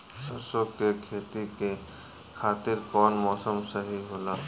सरसो के खेती के खातिर कवन मौसम सही होला?